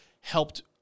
helped